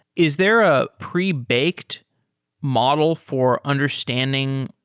is there a pre-baked model for understanding,